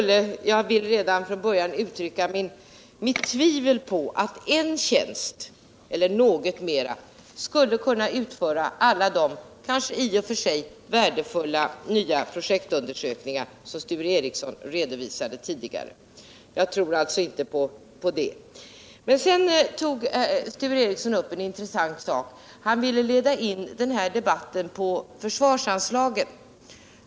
Låt mig uttala mitt tvivel om att en tjänst eller kanske något mera skulle räcka till för att utföra alla de i och för sig värdefulla nya projektundersökningar som Sture Ericson tidigare redovisade. Sedan tog Sture Ericson upp en intressant sak — han ville leda in den här debatten på försvarsanslaget.